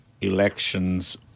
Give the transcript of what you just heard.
elections